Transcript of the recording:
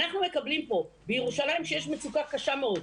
אנחנו מקבלים פה שבירושלים יש מצוקה קשה מאוד,